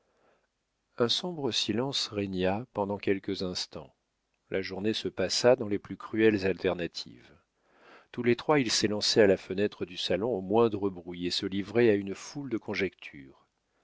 un sombre silence régna pendant quelques instants la journée se passa dans les plus cruelles alternatives tous les trois ils s'élançaient à la fenêtre du salon au moindre bruit et se livraient à une foule de conjectures